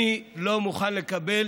אני לא מוכן לקבל